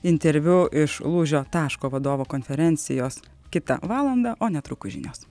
interviu iš lūžio taško vadovų konferencijos kitą valandą o netrukus žinios